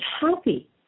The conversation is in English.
happy